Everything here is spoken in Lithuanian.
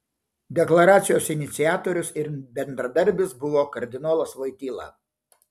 deklaracijos iniciatorius ir bendradarbis buvo kardinolas voityla